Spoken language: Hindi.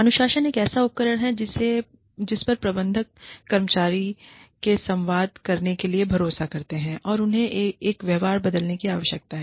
अनुशासन एक ऐसा उपकरण है जिस पर प्रबंधक कर्मचारियों से संवाद करने के लिए भरोसा करते है कि उन्हें एक व्यवहार बदलने की आवश्यकता है